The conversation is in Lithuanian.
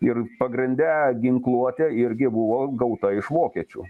ir pagrinde ginkluotė irgi buvo gauta iš vokiečių